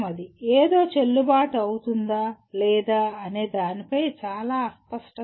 ఏదో చెల్లుబాటు అవుతుందా లేదా అనే దానిపై చాలా అస్పష్టత లేదు